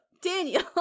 daniel